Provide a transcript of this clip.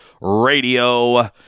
Radio